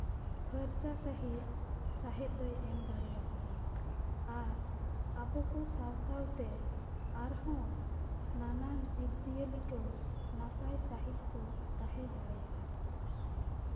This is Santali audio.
ᱯᱷᱟᱨᱪᱟ ᱥᱟᱺᱦᱤᱡ ᱥᱟᱦᱮᱸᱫ ᱫᱚᱭ ᱮᱢ ᱫᱟᱲᱮᱭᱟᱵᱚᱱᱟ ᱟᱨ ᱟᱵᱚ ᱠᱚ ᱥᱟᱶ ᱥᱟᱶᱛᱮ ᱟᱨᱦᱚᱸ ᱱᱟᱱᱟᱱ ᱡᱤᱵᱽᱼᱡᱤᱭᱟᱹᱞᱤ ᱠᱚ ᱱᱟᱯᱟᱭ ᱥᱟᱺᱦᱤᱡ ᱠᱚ ᱛᱟᱦᱮᱸ ᱫᱟᱲᱮᱭᱟᱜᱼᱟ